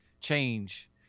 change